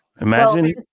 Imagine